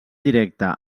directe